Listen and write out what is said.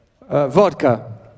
Vodka